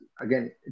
again